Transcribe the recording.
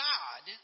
God